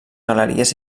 galeries